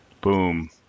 Boom